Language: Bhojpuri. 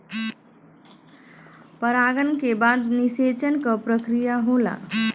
परागन के बाद निषेचन क प्रक्रिया होला